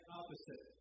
opposite